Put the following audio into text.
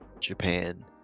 Japan